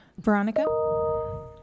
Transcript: Veronica